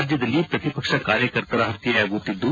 ರಾಜ್ವದಲ್ಲಿ ಪ್ರತಿಪಕ್ಷ ಕಾರ್ಯಕರ್ತರ ಹತ್ತೆಯಾಗುತ್ತಿದ್ದು